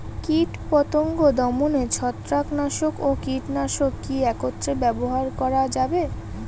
কীটপতঙ্গ দমনে ছত্রাকনাশক ও কীটনাশক কী একত্রে ব্যবহার করা যাবে?